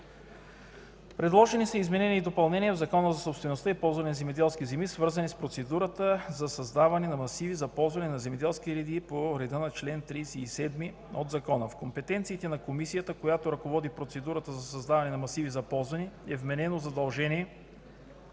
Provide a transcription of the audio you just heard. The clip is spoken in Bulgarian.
Предложени са изменения и допълнения в Закона за собствеността и ползването на земеделски земи, свързани с процедурата по създаване на масиви за ползване на земеделски земи по реда на чл. 37 от Закона. В компетенциите на комисията, която ръководи процедурата за създаване на масиви за ползване, е вменено задължение